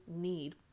need